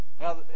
Now